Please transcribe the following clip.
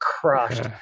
crushed